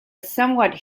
somewhat